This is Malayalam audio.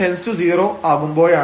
hk→0 ആകുമ്പോഴാണത്